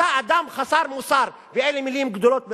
אתה אדם חסר מוסר, ואלו מלים גדולות מאוד,